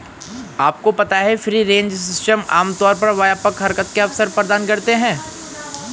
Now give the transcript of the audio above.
आपको पता है फ्री रेंज सिस्टम आमतौर पर व्यापक हरकत के अवसर प्रदान करते हैं?